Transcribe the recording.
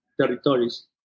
territories